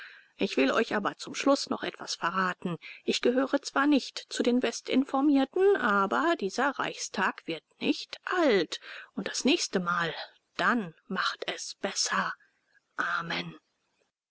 ich will euch aber zum schluß noch etwas verraten ich gehöre zwar nicht zu den bestinformierten aber dieser reichstag wird nicht alt und das nächste mal dann macht es besser amen